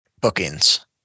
bookings